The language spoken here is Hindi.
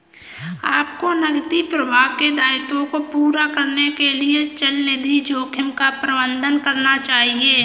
आपको नकदी प्रवाह के दायित्वों को पूरा करने के लिए चलनिधि जोखिम का प्रबंधन करना चाहिए